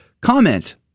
comment